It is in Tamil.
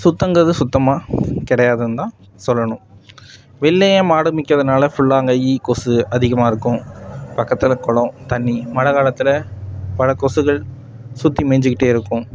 சுத்தங்கிறது சுத்தமாக கிடையாதுன்னு தான் சொல்லணும் வெளிலையே மாடு மேக்கிறதுனால ஃபுல்லாக அங்கே ஈ கொசு அதிகமாயிருக்கும் பக்கத்தில் குளம் தண்ணி மழை காலத்தில் பல கொசுக்கள் சுற்றி மேஞ்சுக்கிட்டேருக்கும்